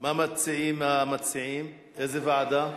מה מציעים המציעים, איזו ועדה?